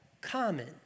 common